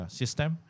system